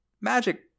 Magic